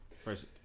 First